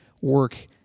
work